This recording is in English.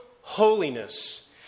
holiness